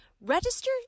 Register